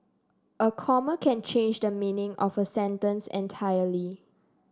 a comma can change the meaning of a sentence entirely